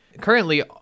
Currently